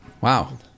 Wow